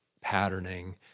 patterning